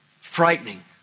frightening